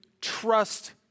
trust